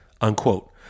unquote